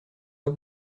pas